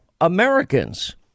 Americans